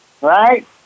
right